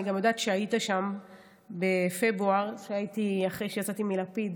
אני גם יודעת שהיית שם בפברואר, אחרי שיצאתי מלפיד